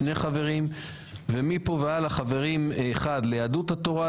שני חברים; ומפה והלאה חבר אחד ליהדות התורה,